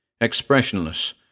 expressionless